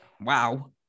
wow